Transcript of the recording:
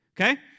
Okay